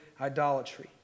idolatry